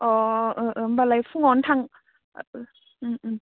अ होमब्लालाय फुङावनो थां